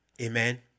Amen